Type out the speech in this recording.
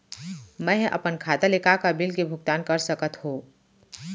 मैं ह अपन खाता ले का का बिल के भुगतान कर सकत हो